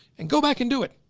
and go back and do it.